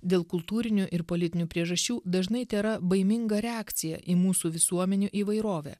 dėl kultūrinių ir politinių priežasčių dažnai tėra baiminga reakcija į mūsų visuomenių įvairovę